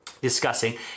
discussing